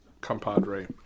compadre